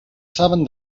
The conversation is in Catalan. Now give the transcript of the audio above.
saben